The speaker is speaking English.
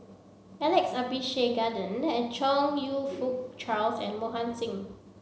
Alex Abisheganaden Chong You Fook Charles and Mohan Singh